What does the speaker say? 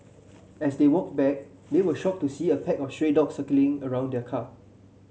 as they walked back they were shocked to see a pack of stray dogs circling around the car